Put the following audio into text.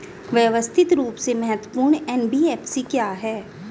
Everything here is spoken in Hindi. व्यवस्थित रूप से महत्वपूर्ण एन.बी.एफ.सी क्या हैं?